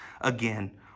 again